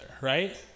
right